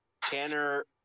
Tanner